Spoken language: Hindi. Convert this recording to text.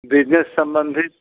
बिजनेस सम्बन्धित